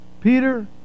Peter